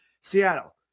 Seattle